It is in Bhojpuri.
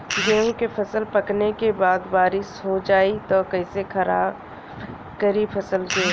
गेहूँ के फसल पकने के बाद बारिश हो जाई त कइसे खराब करी फसल के?